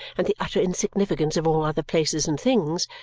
and the utter insignificance of all other places and things,